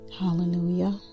Hallelujah